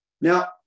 now